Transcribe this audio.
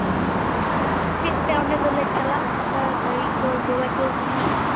ᱟᱨ ᱪᱮᱫ ᱛᱮ ᱚᱰᱮ ᱫᱚᱞᱮ ᱪᱟᱞᱟᱜᱼᱟ ᱚᱱᱠᱟ ᱜᱟᱹᱲᱤ ᱠᱚ ᱡᱳᱜᱟᱡᱳᱜᱽ ᱢᱮᱱᱟᱜᱼᱟ